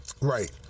Right